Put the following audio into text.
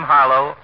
Harlow